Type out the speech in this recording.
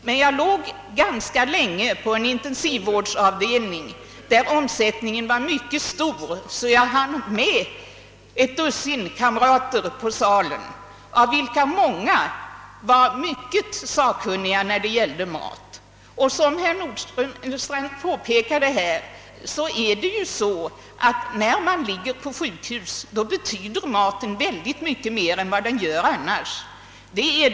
Men jag låg ganska länge på en intensivvårdsavdelning, där omsättningen var mycket stor, så att jag hann med att få ett dussin kamrater på salen, av vilka många var mycket sakkunniga när det gäller mat. Som herr Nordgren påpekade betyder maten verkligen mycket mer än annars när man ligger på sjukhus.